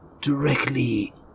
directly